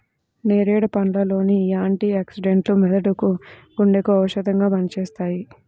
నేరేడు పండ్ల లోని యాంటీ ఆక్సిడెంట్లు మెదడుకు, గుండెకు ఔషధంగా పనిచేస్తాయి